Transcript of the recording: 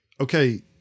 Okay